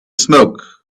smoke